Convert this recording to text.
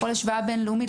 בכל השוואה בין-לאומית,